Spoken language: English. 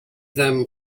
them